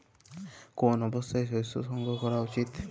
কোন অবস্থায় শস্য সংগ্রহ করা উচিৎ?